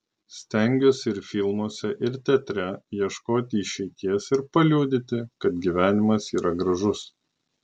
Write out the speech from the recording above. stengiuosi ir filmuose ir teatre ieškoti išeities ir paliudyti kad gyvenimas yra gražus